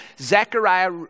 Zechariah